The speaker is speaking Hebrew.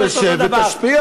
אז תשב ותשפיע.